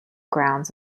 grounds